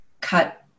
cut